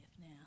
now